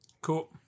Cool